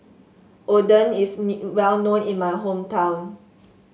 oden is well known in my hometown